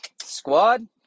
squad